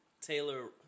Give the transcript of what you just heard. Taylor